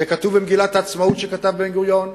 זה כתוב במגילת העצמאות שכתב בן-גוריון,